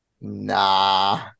Nah